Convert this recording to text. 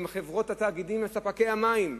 אם חברות התאגידים וספקי המים,